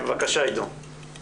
בבקשה, עידו סופר ממשרד האוצר.